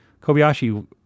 Kobayashi